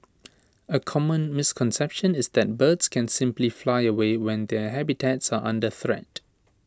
A common misconception is that birds can simply fly away when their habitats are under threat